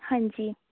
ਹਾਂਜੀ